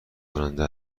کننده